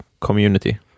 community